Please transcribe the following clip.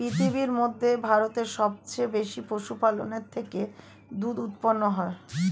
পৃথিবীর মধ্যে ভারতে সবচেয়ে বেশি পশুপালনের থেকে দুধ উৎপন্ন হয়